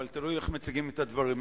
אבל תלוי איך מציגים את הדברים,